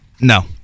No